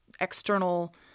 external